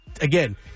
again